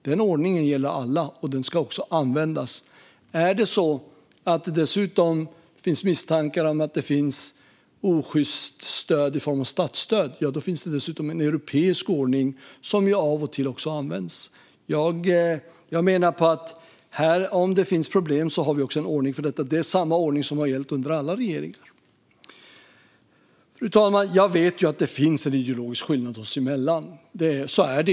Den ordningen gäller alla, och den ska också tillämpas. Om det dessutom finns misstankar om osjyst stöd i form av statsstöd finns det en europeisk ordning, som av och till också används. Jag menar att vi, om det finns problem, har en ordning för detta. Det är samma ordning som har gällt under alla regeringar. Fru talman! Jag vet ju att det finns en ideologisk skillnad oss emellan.